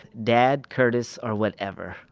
dad, curtis, or whatever.